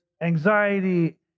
anxiety